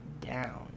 down